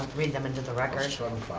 read them into the records.